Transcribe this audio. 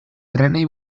trenei